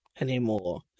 anymore